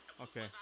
Okay